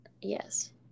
yes